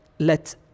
Let